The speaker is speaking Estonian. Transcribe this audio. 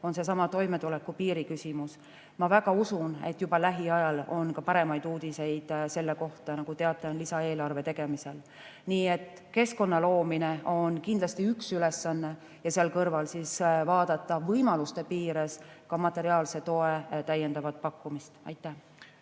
on toimetulekupiiri küsimus. Ma väga usun, et juba lähiajal on paremaid uudiseid ka selle kohta. Nagu te teate, on lisaeelarve tegemisel. Nii et keskkonna loomine on kindlasti üks ülesanne ja seal kõrval saab vaadata võimaluste piires ka materiaalse toe täiendavat pakkumist. Aitäh